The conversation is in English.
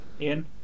Ian